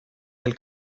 del